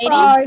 Bye